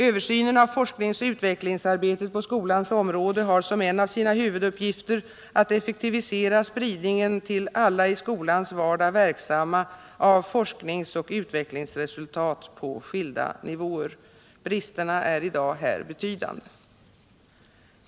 Översynen av forskningsoch utvecklingsarbetet på skolans område har som en av sina huvuduppgifter att effektivisera spridningen till alla i skolans vardag verksamma av forskningsoch utvecklingsresultat på skilda nivåer. Bristerna är i dag här betydande.